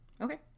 okay